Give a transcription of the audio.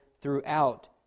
throughout